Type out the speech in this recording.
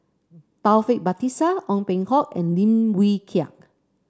Taufik Batisah Ong Peng Hock and Lim Wee Kiak